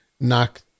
knock